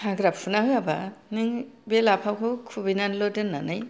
हाग्रा फुनानै होयाबा नों बे लाफाखौ खुबैनानैल' दोननानै